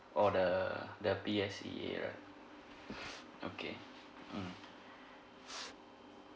or the the P_S_E_A right okay mm